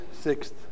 sixth